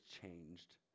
changed